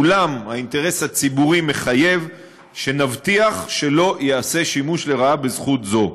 אולם האינטרס הציבורי מחייב שנבטיח שלא ייעשה שימוש לרעה בזכות זו.